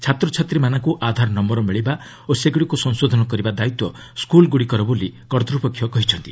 ଛାତ୍ରଛାତ୍ରୀମାନଙ୍କୁ ଆଧାର ନୟର ମିଳିବା ଓ ସେଗୁଡ଼ିକୁ ସଂଶୋଧନ କରିବା ଦାୟିତ୍ୱ ସ୍କୁଲ୍ଗୁଡ଼ିକର ବୋଲି କର୍ତ୍ତୃପକ୍ଷ କହିଛନ୍ତି